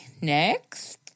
next